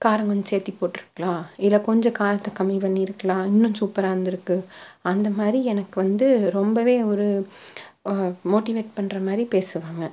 காரம் கொஞ்சம் சேர்த்தி போட்டிருக்கலாம் இல்லை கொஞ்சம் காரத்தை கம்மி பண்ணியிருக்கலாம் இன்னும் சூப்பராக இருந்திருக்கும் அந்த மாதிரி எனக்கு வந்து ரொம்பவே ஒரு மோட்டிவேட் பண்ற மாதிரி பேசுவாங்க